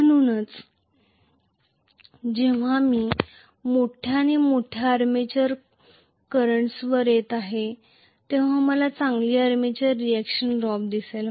म्हणूनच जेव्हा मी मोठ्या आणि मोठ्या आर्मेचर करंट्सवर येत आहे तेव्हा मला चांगलीच आर्मेचर रिएक्शन ड्रॉप दिसेल